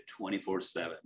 24-7